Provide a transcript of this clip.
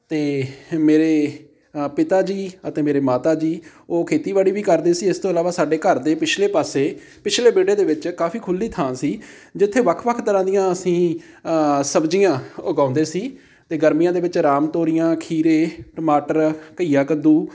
ਅਤੇ ਮੇਰੇ ਪਿਤਾ ਜੀ ਅਤੇ ਮੇਰੇ ਮਾਤਾ ਜੀ ਉਹ ਖੇਤੀਬਾੜੀ ਵੀ ਕਰਦੇ ਸੀ ਇਸ ਤੋਂ ਇਲਾਵਾ ਸਾਡੇ ਘਰ ਦੇ ਪਿਛਲੇ ਪਾਸੇ ਪਿਛਲੇ ਵਿਹੜੇ ਦੇ ਵਿੱਚ ਕਾਫ਼ੀ ਖੁੱਲ੍ਹੀ ਥਾਂ ਸੀ ਜਿੱਥੇ ਵੱਖ ਵੱਖ ਤਰ੍ਹਾਂ ਦੀਆਂ ਅਸੀਂ ਸਬਜ਼ੀਆਂ ਉਗਾਉਂਦੇ ਸੀ ਅਤੇ ਗਰਮੀਆਂ ਦੇ ਵਿੱਚ ਰਾਮ ਤੋਰੀਆਂ ਖੀਰੇ ਟਮਾਟਰ ਘਈਆ ਕੱਦੂ